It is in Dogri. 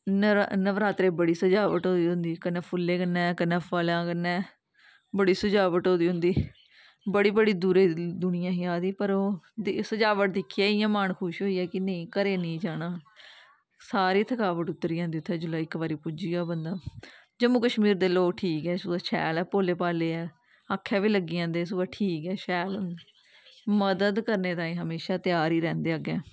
नव नवरात्रें गी बड़ी सजावट होए दी होंदी कन्नै फुल्लें कन्नै कन्नै फलें कन्नै बड़ी सजावट हो दी होंदी बड़ी बड़ी दूरे दी दुनियां ही आई दी पर ओह् सजावट दिक्खियै इ'यां मन खुश होई गेआ कि नेईं घरै गी नेईं जाना सारी थकावट उतरी जंदी जिसलै उत्थें पुज्जी जा इक बारी बंदा जम्मू कश्मीर दे लोक ठीक ऐ शैल ऐ भोले भाले ऐ आक्खै बी लग्गी जंदे सगुआं ठीक ऐ शैल ऐ मदद करने ताईं हमेशां त्यार ही रैंह्दे अग्गें